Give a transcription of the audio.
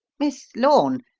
miss lorne,